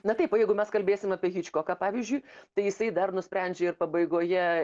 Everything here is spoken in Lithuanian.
na taip o jeigu mes kalbėsim apie hičkoką pavyzdžiui tai jisai dar nusprendžia ir pabaigoje